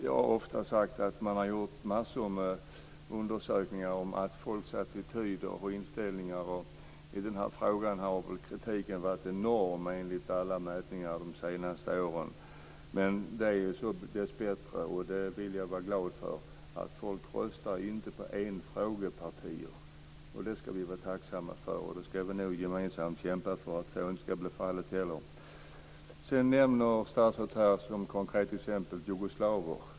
Jag har ofta sagt att man har gjort massor av undersökningar om folks attityder och inställningar, och i den här frågan har kritiken varit enorm enligt alla mätningar de senaste åren. Men det är dessbättre så, vilket jag är glad för, att folk inte röstar på enfrågepartier. Det ska vi vara tacksamma för, och vi ska gemensamt kämpa för att så inte ska bli fallet. Statsrådet nämner som konkret exempel jugoslaver.